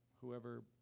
whoever